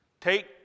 Take